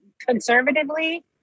conservatively